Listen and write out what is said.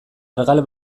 argal